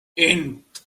ent